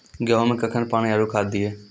गेहूँ मे कखेन पानी आरु खाद दिये?